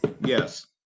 Yes